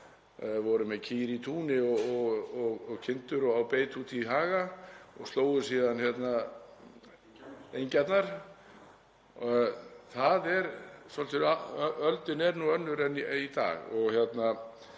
bara með kýr í túni og kindur á beit úti í haga og slógum síðan engjarnar. Öldin er önnur í dag.